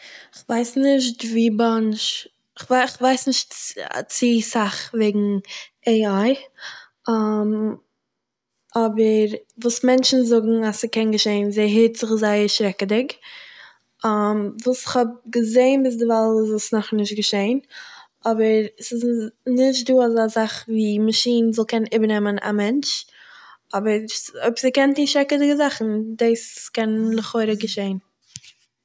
איך ווייס נישט וווי באנטש, כ'וו- כ'ווייס נישט צו סאך וועגן AI אבער וואס מענטשן זאגן אז ס'קען געשען, ס'הערט זיך זייער שרעקעדיג. וואס כ'האב געזעהן ביז דערווייל איז עס נאכנישט געשען אבער ס'איז נישט דא אזא זאך ווי מאשינס זאלן קענען איבערנעמען א מענטש, אבער אויב ס'קען טוהן שרעקעדיגע זאכן דאס קען לכאורה געשען